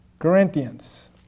Corinthians